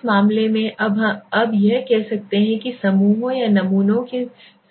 उस मामले में हम यह कहते हैं कि समूहों या नमूनों के